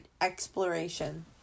exploration